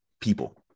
people